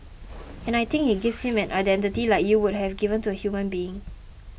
and I think it gives him an identity like you would have given to a human being